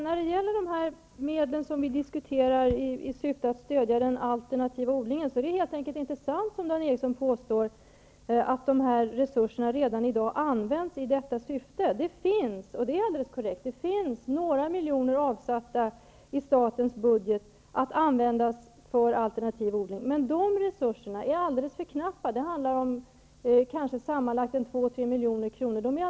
Herr talman! När det gäller de medel i syfte att stödja den alternativa odlingen vi diskuterar, är det inte sant som Dan Ericsson i Kolmården påstår, nämligen att resurserna redan används i det syftet. Det är korrekt att det finns några miljoner avsatta i statens budget att användas för alternativ odling. Men de resurserna är alldeles för knappa. Det handlar om kanske sammanlagt 2--3 milj.kr.